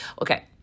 okay